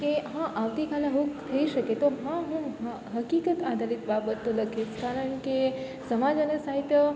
કે હા આવતી કાલે આવું થઈ શકે તો હા હું હકીકત આધારિત બાબતો લખીશ કારણ કે સમાજ અને સાહિત્ય